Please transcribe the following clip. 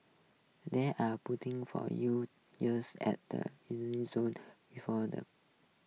there are puting for you at the zone before the